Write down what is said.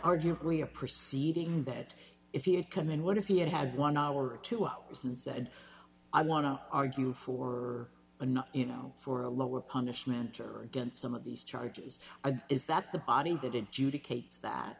arguably a proceeding bet if he had come and what if he had had one hour two hours and said i want to argue for or not you know for a lower punishment or against some of these charges of is that the body that